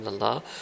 Allah